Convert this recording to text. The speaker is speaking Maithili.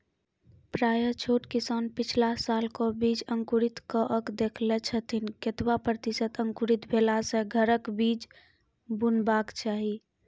प्रायः छोट किसान पिछला सालक बीज अंकुरित कअक देख लै छथिन, केतबा प्रतिसत अंकुरित भेला सऽ घरक बीज बुनबाक चाही?